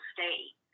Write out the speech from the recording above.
State